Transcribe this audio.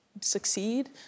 succeed